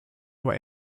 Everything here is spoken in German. nur